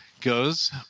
goes